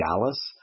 Dallas